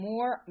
More